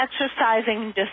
exercising